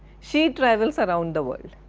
she travels around the world,